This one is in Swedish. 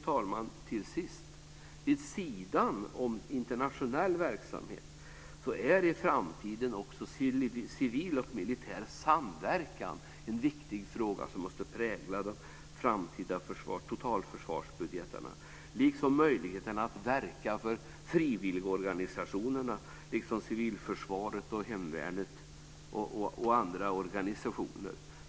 Till sist: Vid sidan om internationell verksamhet är i framtiden också civil och militär samverkan en viktig fråga som måste prägla de framtida totalförsvarsbudgetarna, liksom möjlighet att verka för frivilligorganisationer, civilförsvaret, hemvärnet och andra organisationer.